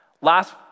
Last